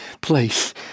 place